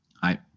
Hi